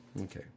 okay